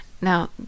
now